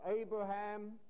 Abraham